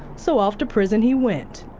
so off to prison he went.